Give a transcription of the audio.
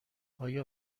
آیا